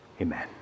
Amen